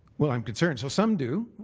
well, i'm concerned. so some do.